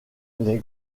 les